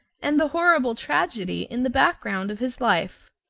and the horrible tragedy in the background of his life.